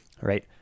right